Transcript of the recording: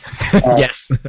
Yes